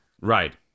right